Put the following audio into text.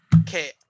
Okay